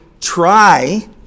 try